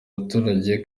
baturage